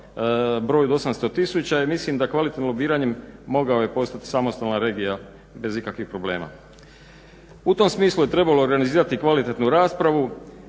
broju od 800 tisuća i mislim da kvalitetnim lobiranjem je mogao postat samostalna regija. U tom smislu je trebalo organizirati kvalitetnu raspravu,